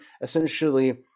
essentially